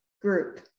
group